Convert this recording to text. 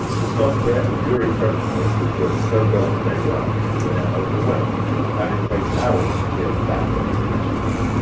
the software and jury protocols which worked so well on day one were now overwhelmed and it takes hours to clear the backlog of questions.